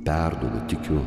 perduodu tikiu